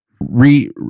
Re